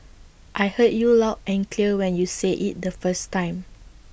I heard you loud and clear when you said IT the first time